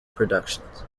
productions